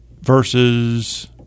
versus